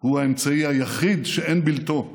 הוא האמצעי היחיד, שאין בלתו,